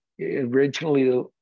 originally